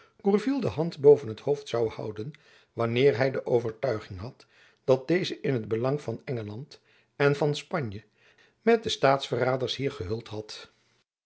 gourville de hand boven t hoofd zoû houden wanneer hy de overtuiging had dat deze in t belang van engeland en van spanje met de staatsverraders hier geheuld had